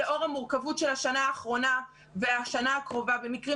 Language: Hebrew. לאור המורכבות של השנה האחרונה ושל השנה הקרובה במקרים